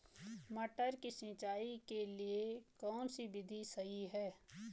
मटर की सिंचाई के लिए कौन सी विधि सही है?